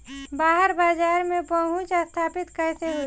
बाहर बाजार में पहुंच स्थापित कैसे होई?